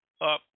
up